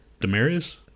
Demarius